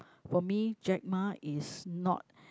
for me Jack-Ma is not